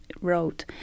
wrote